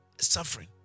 suffering